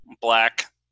black